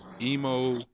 emo